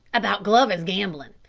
about glover's gambling?